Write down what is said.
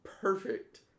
perfect